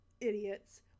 idiots